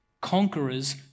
Conquerors